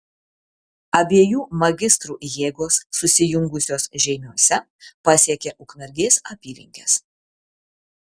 abiejų magistrų jėgos susijungusios žeimiuose pasiekė ukmergės apylinkes